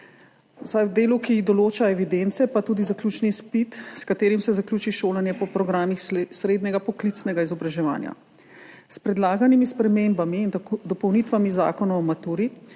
v delu, ki določa evidence, pa tudi zaključni izpit, s katerim se zaključi šolanje po programih srednjega poklicnega izobraževanja. S predlaganimi spremembami in dopolnitvami Zakona o maturi